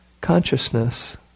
consciousness